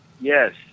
yes